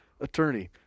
Attorney